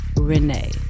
Renee